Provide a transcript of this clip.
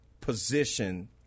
position